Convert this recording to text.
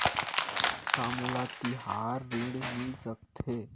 का मोला तिहार ऋण मिल सकथे?